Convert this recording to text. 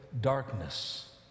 darkness